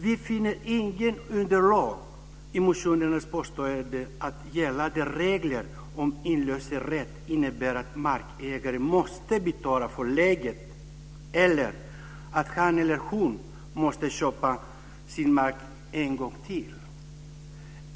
Vi finner inget underlag för motionens påstående att gällande regler om inlösenrätt innebär att markägare måste betala för läget eller att han eller hon måstes köpa sin mark en gång till.